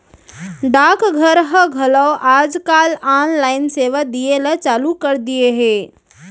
डाक घर ह घलौ आज काल ऑनलाइन सेवा दिये ल चालू कर दिये हे